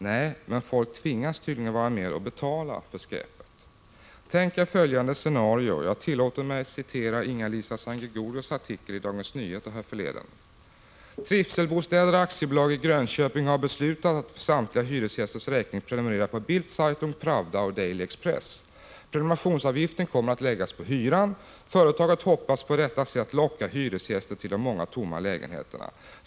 Nej, men folk tvingas tydligen vara med och betala för skräpet. Tänk er följande scenario — jag tillåter mig citera Inga-Lisa Sangregorios artikel i Dagens Nyheter härförleden: ”Trivselbostäder AB i Grönköping har beslutat att för samtliga hyresgästers räkning prenumerera på Bild-Zeitung, Pravda och Daily Express. Prenumerationsavgiften kommer att läggas på hyran. Företaget hoppas på detta sätt locka hyresgäster till de många tomma lägenheterna.